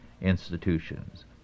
institutions